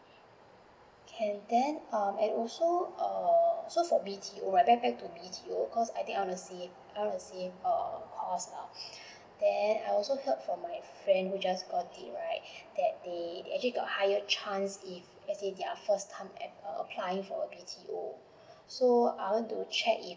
can then um and also uh so for B_T_O right get back to B_T_O cause I think I want to see I want to see err cost lah then I also heard from my friend who just got it right that they they actually got err higher chance if let's say they are first time at err applying for B_T O so I want to check if